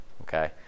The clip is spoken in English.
okay